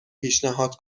پیشنهاد